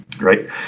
Right